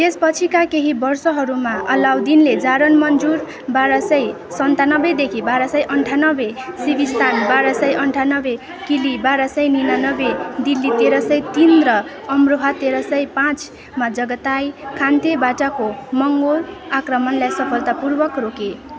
त्यसपछिका केही वर्षहरूमा अलाउद्दिनले जारान मन्जुर बार सय सन्तान्नबेदेखि बार सय अन्ठान्नबे सिविस्तान बार सय अन्ठान्नबे किली बार सय निनानब्बे दिल्ली तेह्र सय तिन र अमरोहा तेह्र सय पाँचमा जगताई खानतेबाटको मङ्गोल आक्रमणलाई सफलतापूर्वक रोके